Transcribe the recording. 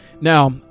Now